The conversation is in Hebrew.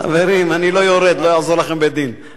חברים, אני לא יורד, לא יעזור לכם בית-דין.